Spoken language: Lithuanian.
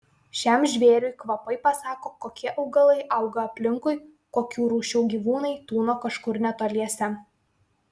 šiam žvėriui kvapai pasako kokie augalai auga aplinkui kokių rūšių gyvūnai tūno kažkur netoliese